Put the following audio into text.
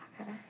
Okay